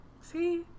See